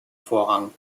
vorrang